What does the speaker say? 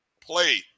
play